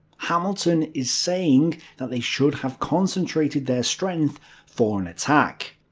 hamilton is saying that they should have concentrated their strength for an attack.